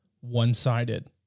one-sided